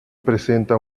presenta